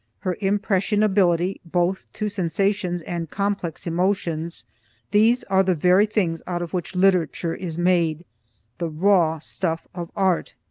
her impressionability both to sensations and complex emotions these are the very things out of which literature is made the raw stuff of art.